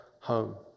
home